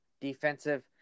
defensive